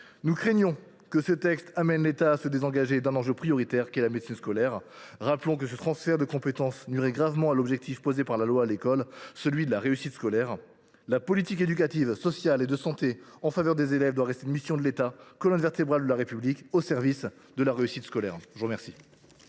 Nous craignons que ce texte n’amène l’État à se désengager de l’enjeu prioritaire qu’est la médecine scolaire. Rappelons que ce transfert de compétence nuirait gravement à l’objectif fixé par la loi à l’école, celui de la réussite scolaire. La politique éducative, sociale et de santé en faveur des élèves doit rester une mission de l’État, colonne vertébrale de la République au service de la réussite scolaire. La parole